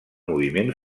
moviment